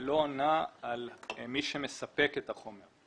לא עונה על מי שמספק את החומר,